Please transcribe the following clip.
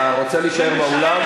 אתה רוצה להישאר באולם?